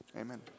Amen